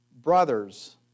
Brothers